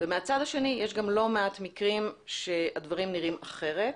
ומהצד השני יש לא מעט מקרים שהדברים נראים אחרת,